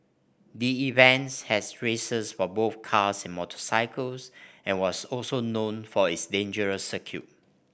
the event had races for both cars and motorcycles and was also known for its dangerous circuit